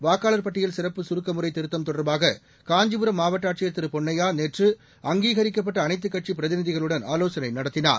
வாக்காளர் பட்டியல் சிறப்பு கருக்கமுறை திருத்தம் தொடர்பாக காஞ்சிபுரம் மாவட்ட ஆட்சியர் திரு பொன்னையா நேற்று அங்கீகரிக்கப்பட்ட அனைத்துக் கட்சி பிரதிநிதிகளுடன் ஆலோசனை நடத்தினார்